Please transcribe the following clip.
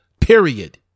period